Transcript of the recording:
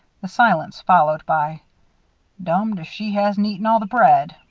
the silence, followed by dumbed if she hasn't eaten all the bread!